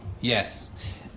yes